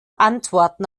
antworten